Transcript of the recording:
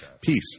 Peace